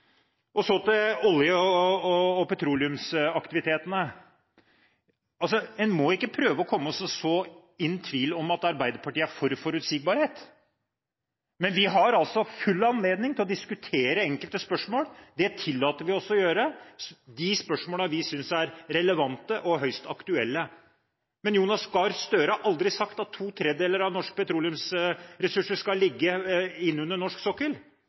Så til olje- og petroleumsaktiviteten. En må ikke prøve å så tvil om hvorvidt Arbeiderpartiet er for forutsigbarhet. Men vi har anledning til å diskutere enkelte spørsmål. Det tillater vi oss å gjøre – de spørsmålene vi synes er relevante og høyst aktuelle. Jonas Gahr Støre har aldri sagt at to tredjedeler av norske petroleumsressurser skal bli liggende under norsk sokkel,